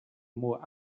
more